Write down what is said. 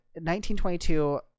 1922